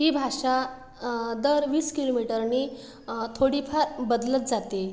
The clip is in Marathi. ही भाषा दर वीस किलोमीटरने थोडी फार बदलत जाते